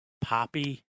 poppy